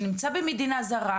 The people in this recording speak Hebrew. שנמצא במדינה זרה,